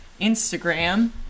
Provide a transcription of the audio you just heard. instagram